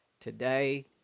today